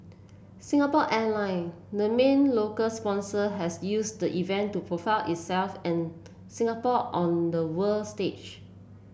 Singapore Airline the main local sponsor has used the event to profile itself and Singapore on the world stage